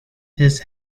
his